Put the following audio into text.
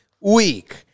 week